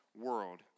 world